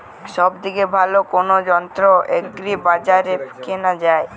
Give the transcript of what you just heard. সব থেকে ভালো কোনো যন্ত্র এগ্রি বাজারে কেনা যায়?